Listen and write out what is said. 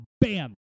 Bam